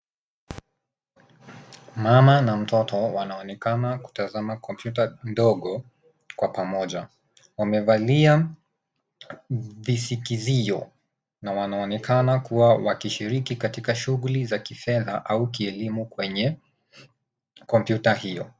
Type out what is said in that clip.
Mama na mtoto anaonekana kutazama kompyuta ndogo kwa pamoja. wamevali visikizio na wanaonekana kuwa wakishiriki katika shughuli za kifedha au kielimu kwenye kompyuta hio.